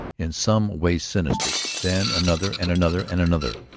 in some way sinister. then another and another and another,